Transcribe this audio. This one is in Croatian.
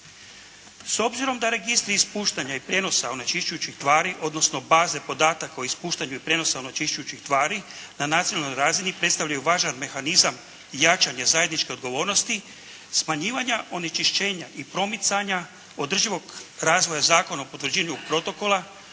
S obzirom da registri ispuštanja i prijenosa onečišćujućih tvari odnosno baze podataka o ispuštanju i prijenosu onečišćujućih tvari na nacionalnoj razini predstavljaju važan mehanizam i jačanje zajedničke odgovornosti smanjivanja onečišćenja i promicanja održivog razvoja Zakona o potvrđivanju Protokola